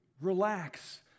relax